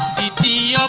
bt